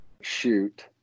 shoot